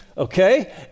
Okay